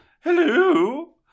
Hello